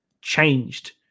changed